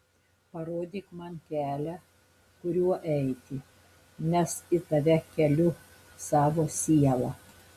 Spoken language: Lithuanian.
parodyk man kelią kuriuo eiti nes į tave keliu savo sielą